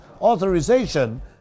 authorization